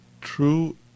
true